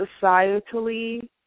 societally